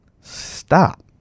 stop